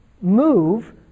move